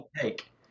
take